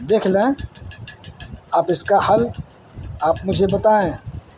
دیکھ لیں آپ اس کا حل آپ مجھے بتائیں